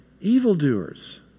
evildoers